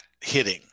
hitting